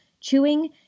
Chewing